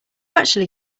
actually